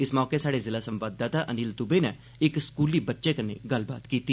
इस मौके स्हाड़े जिला संवाददाता अनिल दुबे नै इक स्कूली बच्चे कन्नै गल्लबात कीती